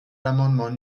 l’amendement